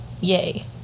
Yay